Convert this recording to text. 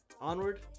Onward